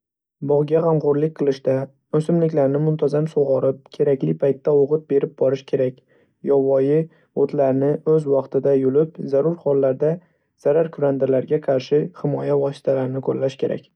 Bog'ga g'amxo'rlik qilishda o'simliklarni muntazam sug'orib, kerakli paytda o'g'it berib borish kerak. Yovvoyi o'tlarni o'z vaqtida yulib, zarur hollarda zararkunandalarga qarshi himoya vositalarini qo'llash kerak!